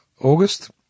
August